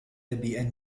بأن